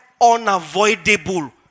unavoidable